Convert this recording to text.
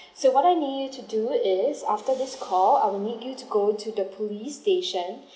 so what I need you to do is after this call I would need you to go to the police station